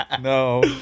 No